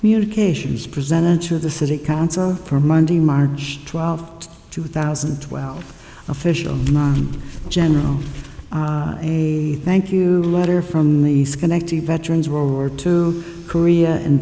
communications presented to the city council for monday march twelfth two thousand and twelve official general a thank you letter from me schenectady veterans world war two korea and